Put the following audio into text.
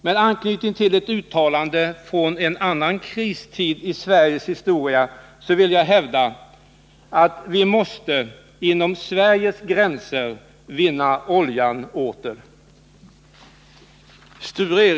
Med anknytning till ett uttalande från en annan kristid i Sveriges historia vill jag hävda ”att vi måste inom Sveriges gränser vinna oljan åter”.